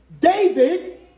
David